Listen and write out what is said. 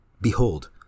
Behold